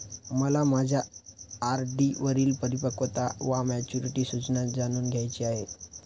मला माझ्या आर.डी वरील परिपक्वता वा मॅच्युरिटी सूचना जाणून घ्यायची आहे